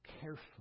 carefully